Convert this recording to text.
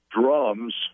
drums